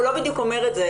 הוא לא בדיוק אומר את זה.